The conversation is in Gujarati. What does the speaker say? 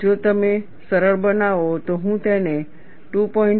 અને જો તમે સરળ બનાવો તો હું તેને 2